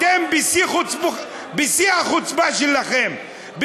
אתם בשיא החוצפה שלכם,